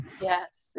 Yes